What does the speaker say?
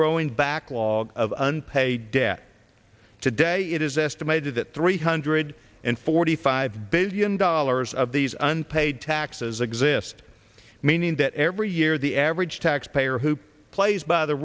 growing backlog of unpaid debt today it is estimated that three hundred and forty five billion dollars of these unpaid taxes exist meaning that every year the average taxpayer who plays by the